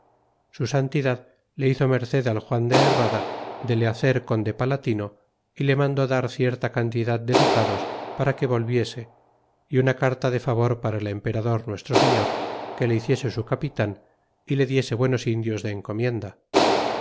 su santidad le hizo merced al juan de herrada de le hacer conde palatino y le mandó dar cierta cantidad de ducados para que se volviese y una carta de favor para el emperador nuestro se flor que le hiciese i capitan y le diese buenos indios de encomienda